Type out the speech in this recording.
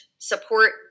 support